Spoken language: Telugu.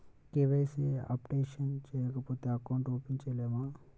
కే.వై.సి అప్డేషన్ చేయకపోతే అకౌంట్ ఓపెన్ చేయలేమా?